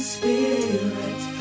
Spirit